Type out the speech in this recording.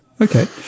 Okay